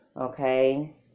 Okay